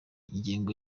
ingengo